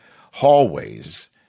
hallways